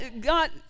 God